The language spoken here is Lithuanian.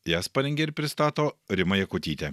jas parengė ir pristato rima jakutytė